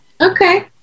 Okay